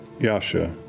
Yasha